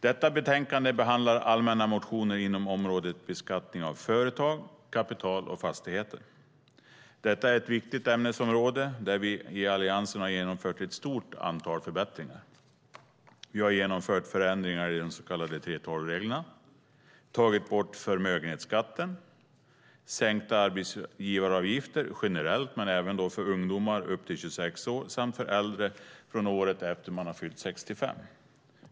Detta betänkande behandlar allmänna motioner inom området beskattning av företag, kapital och fastigheter. Detta är ett viktigt ämnesområde, där vi i Alliansen har genomfört ett stort antal förbättringar. Vi har genomfört förändringar i de så kallade 3:12-reglerna, tagit bort förmögenhetsskatten och sänkt arbetsgivaravgifter generellt men även för ungdomar upp till 26 år och för äldre från året efter att de har fyllt 65.